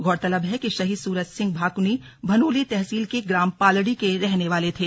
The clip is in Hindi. गौरतलब है कि शहीद सूरज सिंह भाकुनी भनोली तहसील के ग्राम पालड़ी के रहने वाले थे